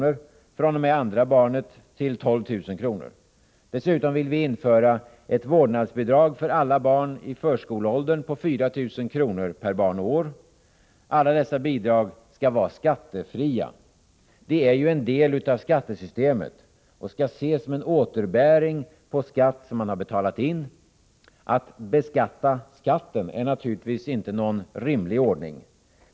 och fr.o.m. andra barnet till 12 000 kr. Dessutom vill vi införa ett vårdnadsbidrag för alla barn i förskoleåldern på 4 000 kr. per barn och år. Alla dessa bidrag skall vara skattefria. De är en del av skattesystemet och skall ses som en återbäring på skatt som man har betalat in. Att beskatta skatten är naturligtvis inte någon rimlig ordning.